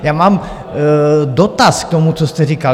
Já mám dotaz k tomu, co jste říkal.